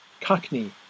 cockney